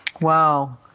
Wow